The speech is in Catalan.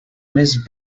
més